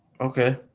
Okay